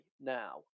now